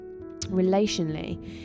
relationally